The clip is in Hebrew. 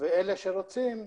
ואלה שרוצים,